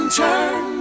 turn